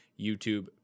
YouTube